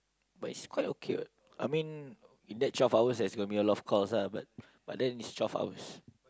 but it's quite okay what I mean in that twelve hours there's gonna be a lot of course lah but then it's twelve hours